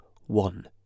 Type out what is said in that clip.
one